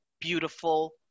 beautiful